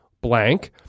blank